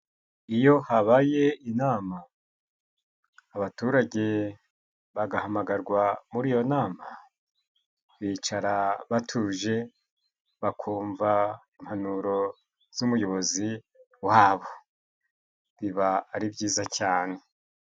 Iyo habaye inama abaturage bagahamagarwa muri iyo nama, bicara batuje bakumva impanuro z'umuyobozi wabo biba ari byiza cyane.